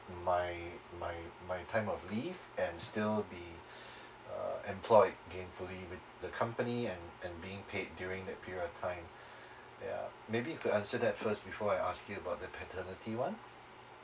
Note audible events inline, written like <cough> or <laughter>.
my my my time of leave and still be <breath> uh employed gainfully with the company and and being paid during that period of time <breath> ya maybe you could answer that first before I ask you about the paternity one